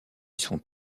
sont